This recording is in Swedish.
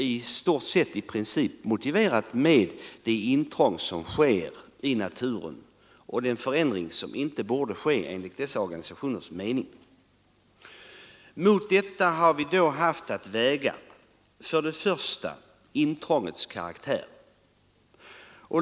I stort sett har man motiverat avslaget med det intrång som därigenom görs i naturen, en förändring som enligt dessa organisationers mening inte borde komma till stånd. Mot detta har vi haft att väga först och främst intrångets karaktär.